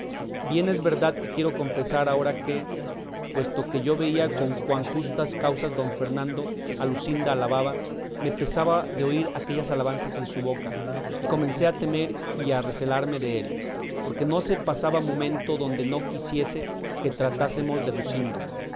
bien es verdad que quiero confesar ahora que puesto que yo veía con cuán justas causas don fernando a luscinda alababa me pesaba de oír aquellas alabanzas de su boca y comencé a temer y a recelarme dél porque no se pasaba momento donde no quisiese que tratásemos de luscinda